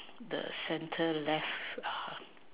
the centre left ah